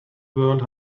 world